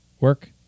Work